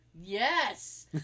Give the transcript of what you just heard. Yes